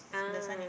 ah